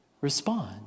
respond